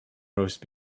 roast